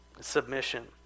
Submission